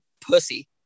pussy